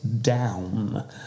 down